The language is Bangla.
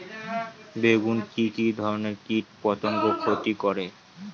বেগুনে কি কী ধরনের কীটপতঙ্গ ক্ষতি করে?